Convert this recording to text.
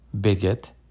Bigot